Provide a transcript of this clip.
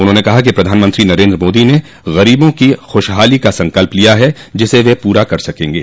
उन्होंने कहा कि प्रधानमंत्री नरेन्द्र मोदी ने गरीबों की खुशहाली का संकल्प लिया है जिसे वे पूरा करके रहेंगे